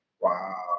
Wow